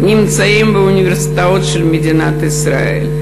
שנמצאים באוניברסיטאות של מדינת ישראל.